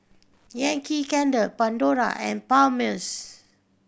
Yankee Candle Pandora and Palmer's